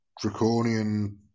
draconian